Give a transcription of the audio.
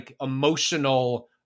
emotional